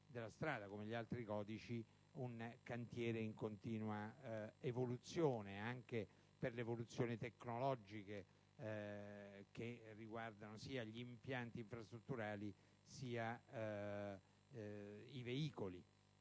come gli altri codici, un cantiere in continua evoluzione, anche per le evoluzioni tecnologiche che attengono sia agli impianti infrastrutturali che ai veicoli.